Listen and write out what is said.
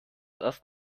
erst